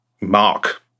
mark